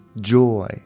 joy